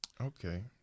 okay